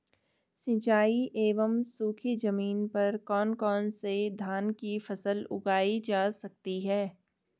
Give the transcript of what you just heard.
सिंचाई एवं सूखी जमीन पर कौन कौन से धान की फसल उगाई जा सकती है?